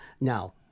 Now